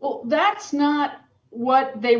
well that's not what they